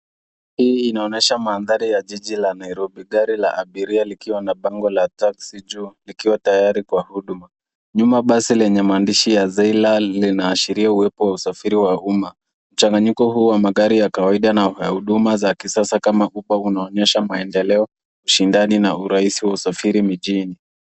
Hii inaonyesha mandhari ya gari la abiria na bango la taxi juu tayari kwa huduma yenye maandishi ashiria uwepo wa .Mchanganyiko wa magari huduma za kisasa kuwa kunanyesha ushindani na urahisi mjini.